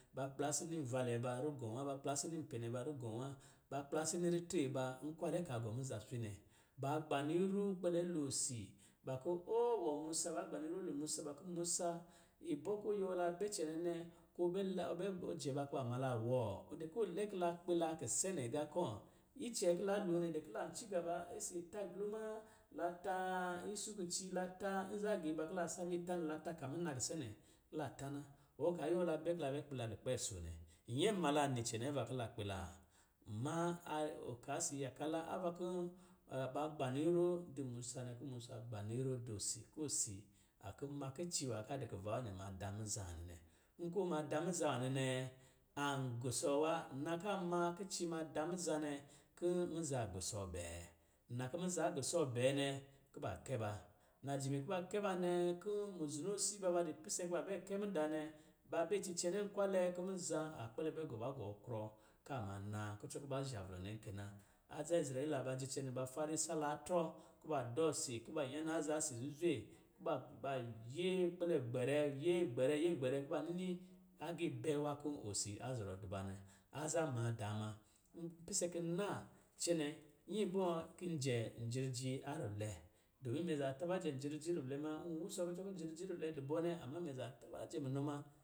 Ba kplasi ni nvalɛ ba rugɔ̄ wa, ba kplasi ni npɛne ba rugɔ̄ wa, ba kplasi ni ritre ba nkwalɛ ka gɔ muzhā swi nɛ. Ba gbanɔ irɔ kpɛlɛ lo si, ba kɔ̄ o wɔ musa, ba gbanɔ irɔ lo musa ba kɔ̄ musa, ibɔ̄ kɔ̄ yuwɔ la bɛ cɛnɛ nɛ, kɔ̄ lila, kɔ̄ ɔ bɛ jɛ la kɔ̄ ba ma la wɔɔ, dɛ kɔ̄ ɔ lɛ ki la gbila kisenɛ ga kɔ̄. Icɛ ki la lo nɛ, dɛ ki la cigaba isi ta gulma, la taan isu kici, la taan nza giiba kɔ̄ la saba itā nɛ, la ta ka muna kisenɛ, kila ta na. Wɔ ka yuwɔ la bɛ ki la bɛ gbila lukpɛɛso nɛ, nyɛ ma la ni cɛnɛ ava kɔ̄ la gbilaa. mmaa, ɔka si yaka la, ava kɔ̄ ba gbanɔ irɔ di musa nɛ, kɔ̄ musa gbanɔ irɔ dɔ si, kɔ̄ si a kɔ̄ ma kici nwā di kura wɔ nɛ ma da muzhā nwanɛ nɛ. Nkɔ̄ ɔ ma da muzhā nwanɛ nɛ, an gusɔ wa. Nna ka ma kici ma da muzhā nɛ, kɔ̄ muzhā gusɔ bɛɛ. Nna kɔ̄ muzhā gusɔ nwanɛ nɛ, an gusɔ wa. Nna ka ma kici ma da muzhā nɛ, kɔ̄ muzhā gusɔ bɛɛ. Nna kɔ̄ muzhā gusɔ bɛɛ nɛ, kuba kɛ ba. Najinii kuba kɛ ba nɛ kɔ̄ muzonoosi ba dɔ pise kuba bɛ kɛ mudaa nɛ, ba bɛ cicɛnɛ nkwalɛ kɔ̄ muzhā a kpɛlɛ bɛ gɔ ba gɔ krɔ ka a ma naa. Kutun kɔ̄ ba zhavlo nɛ kɛ na. Adza izreyila ba dzi cɛnɛ, ba fara isalaatrɔ kuba dɔ si, kuba nyanaa aza si zuzwe, kuba-ba yɛ kpɛlɛ gbɛrɛ, yɛ gbɛrɛ, yɛ gbɛrɛ, kuba nini agiibɛɛwa kɔ̄ osi a zɔrɔ dɔ ba nɛ. Aza maadaa ma, n pise k, n na cɛnɛ, nyi bɔ̄ɔ̄, ki njɛ n jiriji a rulwɛ, dɔmin mɛ za taba jɛ jiriji rulwɛ ma, n wusɔ jiriji rulwɛ dɔ bɔ nɛ, amma mɛ za taba jɛ munɔ ma.